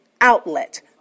outlet